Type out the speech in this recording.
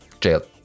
Jail